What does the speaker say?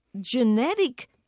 genetic